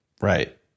Right